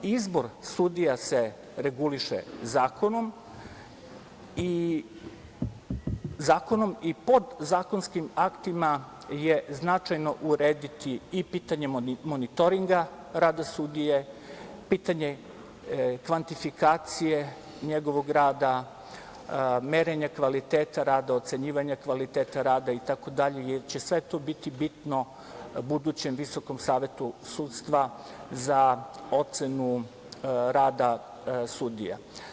Naravno, izbor sudija se reguliše zakonom, zakonom i podzakonskim aktima je značajno urediti i pitanje monitoringa rada sudije, pitanje kvantifikacije njegovog rada, merenja kvaliteta rada, ocenjivanja kvaliteta rada i tako dalje jer će sve to biti bitno budućem Visokom savetu sudstva za ocenu rada sudija.